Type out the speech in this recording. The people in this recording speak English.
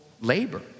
labor